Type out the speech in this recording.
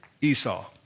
Esau